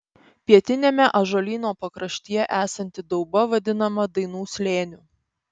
pietiniame ąžuolyno pakraštyje esanti dauba vadinama dainų slėniu